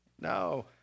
No